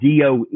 DOE